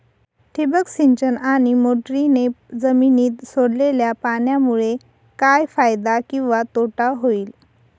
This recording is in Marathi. ठिबक सिंचन आणि मोटरीने जमिनीत सोडलेल्या पाण्यामुळे काय फायदा किंवा तोटा होईल?